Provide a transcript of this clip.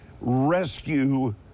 rescue